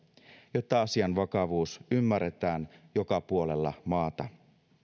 jotta asian vakavuus ymmärretään joka puolella maata